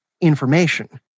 information